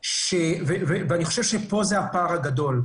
פה הפער הגדול.